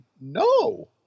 no